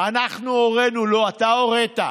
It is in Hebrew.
"אנחנו הורינו" לא, אתה הורית.